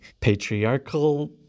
patriarchal